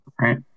right